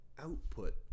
output